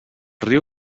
riu